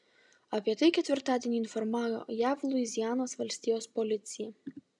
apie tai ketvirtadienį informavo jav luizianos valstijos policija